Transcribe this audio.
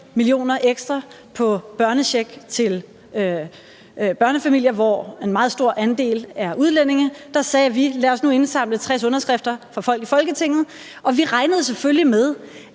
mio. kr. ekstra på børnecheck til børnefamilier, hvor en meget stor andel er udlændinge, sagde vi: Lad os nu indsamle 60 underskrifter fra folk i Folketinget. Vi regnede selvfølgelig med,